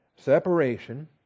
Separation